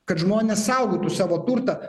kad žmonės saugotų savo turtą